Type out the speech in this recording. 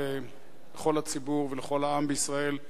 לכל הציבור ולכל העם בישראל,